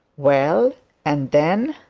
well and then